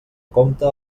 compte